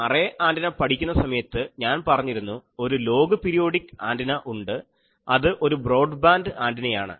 array antenna പഠിക്കുന്ന സമയത്ത് ഞാൻ പറഞ്ഞിരുന്നു ഒരു ലോഗ് പീരിയോഡിക് ആൻറിന ഉണ്ട് അത് ഒരു ബ്രോഡ്ബാൻഡ് ആൻറിനയാണ്